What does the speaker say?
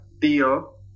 Theo